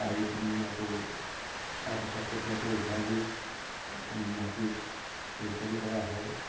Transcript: পাৰি পিনি আকৌ তাৰপিছত কঠীয়াটো উঘালি আমি মাটিত ৰোপণ কৰা হয়